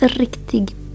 riktigt